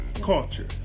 culture